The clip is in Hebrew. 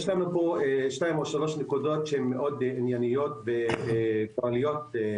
יש לנו פה כמה נקודות ענייניות במייסר.